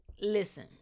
Listen